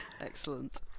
Excellent